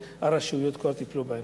והרשויות כבר טיפלו בה.